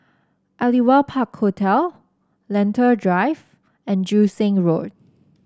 Aliwal Park Hotel Lentor Drive and Joo Seng Road